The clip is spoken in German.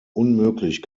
unmöglich